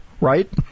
right